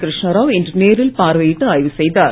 கிருஷ்ணராவ் இன்று நேரில் பார்வையிட்டு ஆய்வு செய்தார்